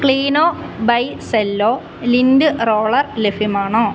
ക്ലീനോ by Cello lint roller ലഭ്യമാണോ